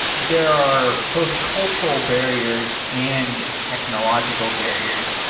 there are both cultural barriers and technological barriers.